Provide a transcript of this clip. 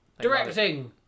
Directing